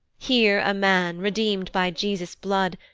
here a man, redeem'd by jesus's blood,